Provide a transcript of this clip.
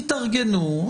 תתארגנו,